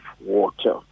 water